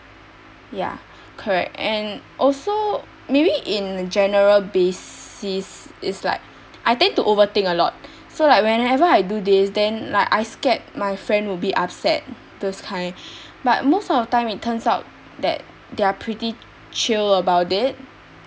ya correct and also maybe in general basis is like I tend to overthink a lot so like whenever I do this then like I scared my friend will be upset those kind but most of the time it turns out that they are pretty chill about it